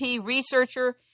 researcher